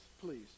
please